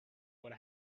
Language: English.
what